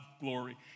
glory